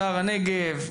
שער הנגב,